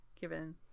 given